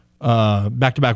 back-to-back